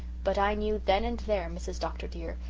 but i knew then and there, mrs. dr. dear,